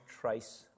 trace